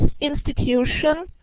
institution